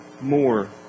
more